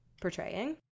portraying